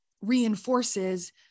reinforces